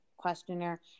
questionnaire